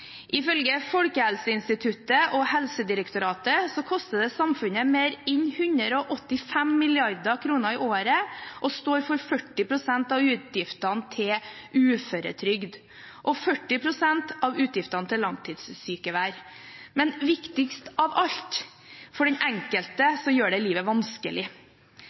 Ifølge Folkehelseinstituttet og Helsedirektoratet koster det samfunnet mer enn 185 mrd. kr i året, og det står for 40 pst. av utgiftene til uføretrygd og 40 pst. av utgiftene til langtidssykefravær. Men viktigst av alt: For den enkelte gjør det livet vanskelig.